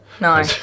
No